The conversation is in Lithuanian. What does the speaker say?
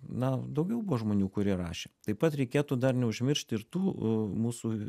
na daugiau buvo žmonių kurie rašė taip pat reikėtų dar neužmiršti ir tų mūsų